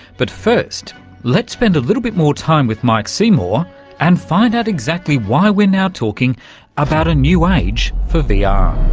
but first let's spend a little bit more time with mike seymour and find out exactly why we're now talking about a new age for vr. ah